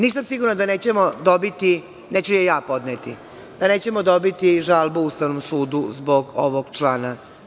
Nisam sigurna da nećemo dobiti, neću je ja podneti, da nećemo dobiti žalbu Ustavnom sudu zbog ovog člana.